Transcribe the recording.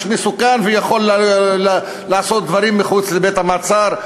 מסוכן ויכול לעשות דברים מחוץ לבית-המעצר.